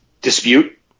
dispute